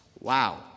Wow